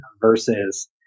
versus